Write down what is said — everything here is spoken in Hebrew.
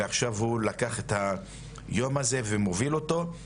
ועכשיו הוא לקח את היום הזה ומוביל אותו,